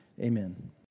Amen